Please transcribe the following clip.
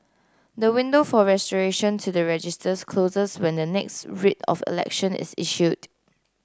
the window for restoration to the registers closes when the next Writ of Election is issued